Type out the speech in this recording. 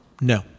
No